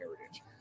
heritage